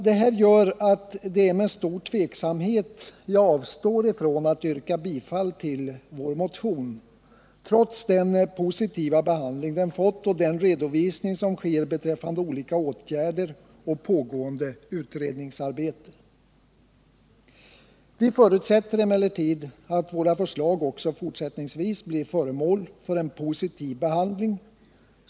Detta gör att det är med stor tveksamhet jag avstår från att yrka bifall till vår motion, trots den positiva behandling som den har fått och den redovisning som sker beträffande olika åtgärder och pågående utredningsarbete. Vi förutsätter emellertid att våra förslag också fortsättningsvis blir föremål för en positiv behandling.